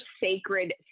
sacred